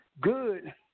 Good